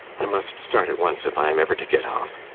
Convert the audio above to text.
i must start at once if i am ever to get off.